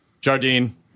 Jardine